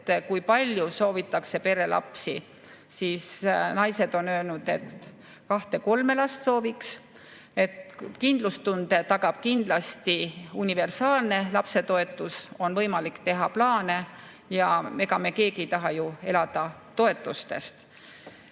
kui palju soovitakse perre lapsi, siis naised on öelnud, et nad sooviksid kahte-kolme last. Kindlustunde tagab kindlasti universaalne lapsetoetus, on võimalik teha plaane, ja ega me keegi ei taha ju elada toetustest. Kui